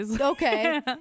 Okay